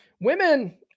Women